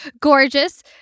gorgeous